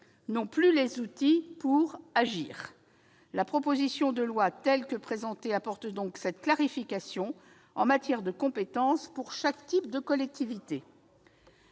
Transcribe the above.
n'ont plus les outils pour agir. La proposition de loi, telle que présentée aujourd'hui, apporte donc cette clarification en matière de compétences pour chaque type de collectivités.